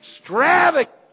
extravagant